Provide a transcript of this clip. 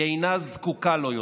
היא אינה זקוקה לו יותר.